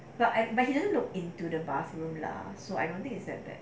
but I but he didn't look into the bathroom lah so I don't think it's that bad